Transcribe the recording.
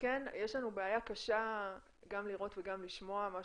בריאה של